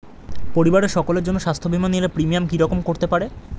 পরিবারের সকলের জন্য স্বাস্থ্য বীমা নিলে প্রিমিয়াম কি রকম করতে পারে?